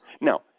Now